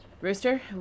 Rooster